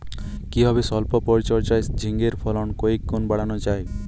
কিভাবে সল্প পরিচর্যায় ঝিঙ্গের ফলন কয়েক গুণ বাড়ানো যায়?